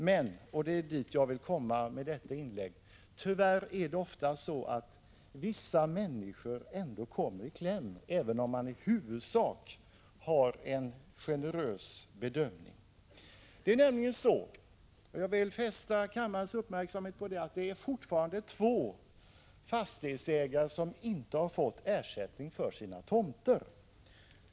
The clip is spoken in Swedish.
Men — och det är dit jag vill komma med detta inlägg — tyvärr kommer vissa människor ändå i kläm, även om man i huvudsak gör en generös bedömning. Jag vill fästa kammarens uppmärksamhet på att två fastighetsägare fortfarande inte har fått ersättning för sina tomter.